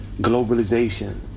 globalization